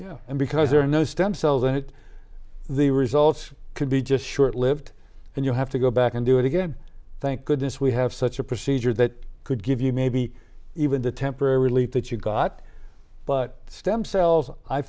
done and because there are no stem cells in it the results can be just short lived and you have to go back and do it again thank goodness we have such a procedure that could give you maybe even the temporary relief that you've got but stem cells i